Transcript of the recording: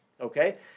Okay